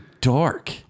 dark